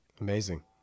Amazing